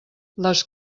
les